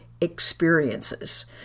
experiences